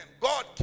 God